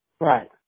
Right